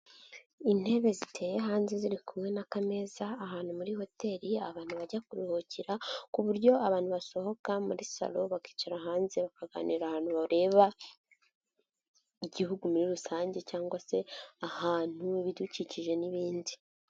Intebe ziteye hanze ziri kumwe n'akameza ahantu muri hoteli abantu bajya kuruhukira ku buryo abantu basohoka muri salo bakicara hanze bakaganira ahantu bareba, Igihugu muri rusange cyangwa se ahantu, ibidukikije n'ibindi.